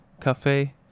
cafe